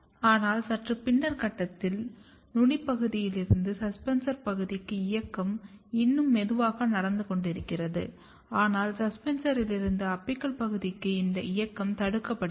ஆனால் சற்று பின்னர் கட்டத்தில் நுனிப்பகுதியிலிருந்து சஸ்பென்சர் பகுதிக்கு இயக்கம் இன்னும் மெதுவாக நடந்து கொண்டிருக்கிறது ஆனால் சஸ்பென்சரிலிருந்து அபிக்கல் பகுதிக்கு இந்த இயக்கம் தடுக்கப்படுகிறது